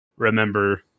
Remember